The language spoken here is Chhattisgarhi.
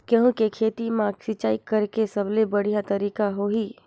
गंहू के खेती मां सिंचाई करेके सबले बढ़िया तरीका होही?